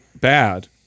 bad